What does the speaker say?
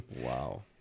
Wow